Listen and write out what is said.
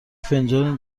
فنجان